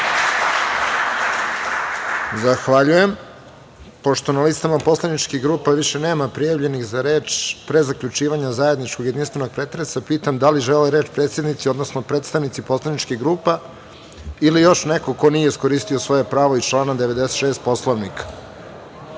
Zahvaljujem. Pošto na listama poslaničkih grupa više nema prijavljenih za reč, pre zaključivanja zajedničkog jedinstvenog pretresa, pitam – da li žele reč predsednici, odnosno predstavnici poslaničkih grupa ili još neko ko nije iskoristio svoje pravo iz člana 96. Poslovnika? Pošto